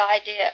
idea